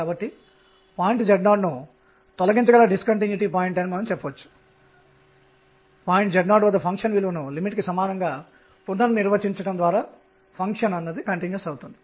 కాబట్టి స్థానాన్ని వివరించడానికి మరియు సాధారణీకరణ మొమెంటం ద్రవ్యవేగంను నిర్వచించడానికి నేను ఏదైనా చరరాశిని తీసుకోవచ్చు